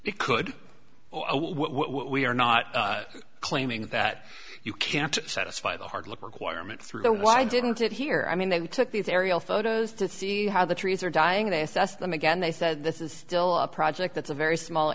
it could what we are not claiming that you can't satisfy the hard look requirement through the why didn't it here i mean they we took these aerial photos to see how the trees are dying to assess them again they said this is still a project that's a very small